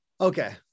Okay